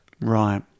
Right